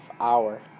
hour